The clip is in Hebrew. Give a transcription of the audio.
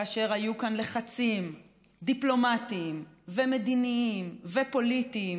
כאשר היו כאן לחצים דיפלומטיים ומדיניים ופוליטיים